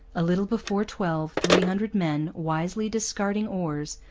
a little before twelve three hundred men, wisely discarding oars,